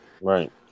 right